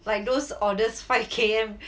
like those orders five K_M